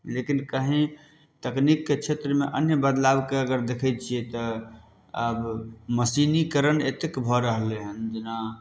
लेकिन कहीं तकनीकके क्षेत्रमे अन्य बदलावके अगर देखै छियै तऽ आब मशीनीकरण एतेक भऽ रहलै हन जेना